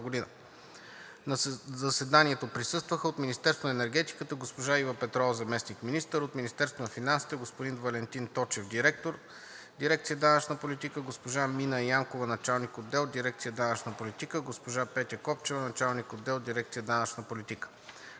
На заседанието присъстваха: от Министерството на енергетиката – госпожа Ива Петрова – заместник-министър; от Министерството на финансите – господин Валентин Точев – директор на дирекция „Данъчна политика“, госпожа Мина Янкова – началник-отдел в дирекция „Данъчна политика“; госпожа Петя Копчева – началник-отдел в дирекция „Данъчна политика“.